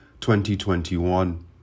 2021